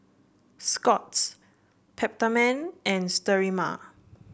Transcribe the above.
Scott's Peptamen and Sterimar